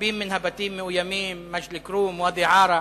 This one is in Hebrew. רבים מן הבתים מאוימים, מג'ד-אל-כרום, ואדי-עארה,